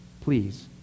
Please